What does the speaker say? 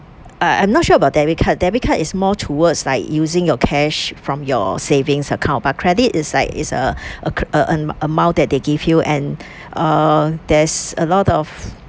I I'm not sure about debit card debit card it's more towards like using your cash from your savings account but credit it's like it;s uh uh uh an amount that they give you and uh there's a lot of